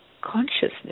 consciousness